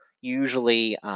usually